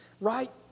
right